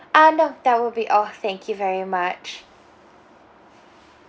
uh no that will be all thank you very much